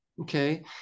Okay